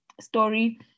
story